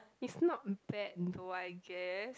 is not bad though I guess